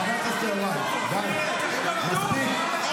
חבר הכנסת יוראי, די, מספיק.